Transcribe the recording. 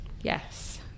Yes